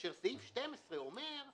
כאשר סעיף 12 אומר בהגדרה,